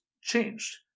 changed